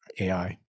AI